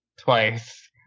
twice